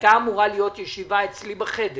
הייתה אמורה להיות ישיבה אצלי בחדר